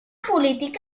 política